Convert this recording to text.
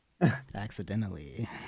Accidentally